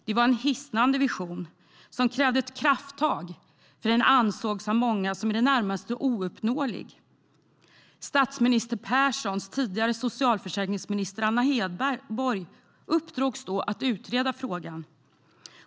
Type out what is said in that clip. Det var en hisnande vision som krävde krafttag, för den ansågs av många som i det närmaste ouppnåelig. Perssons tidigare socialförsäkringsminister Anna Hedborg uppdrogs att utreda frågan.